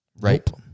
right